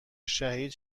شهید